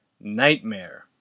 Nightmare